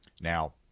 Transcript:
Now